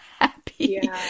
happy